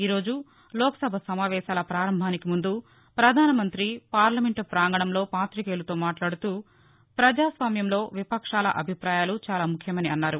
ఈరోజు లోక్సభ సమావేశాల ప్రారంభానికి ముందు ప్రధానమంతి పార్లమెంట్ ప్రాంగణంలో పాతికేయులతో మాట్లాడుతూ పజాస్వామ్యంలో విపక్షాల అభిపాయాలు చాలా ముఖ్యమని అన్నారు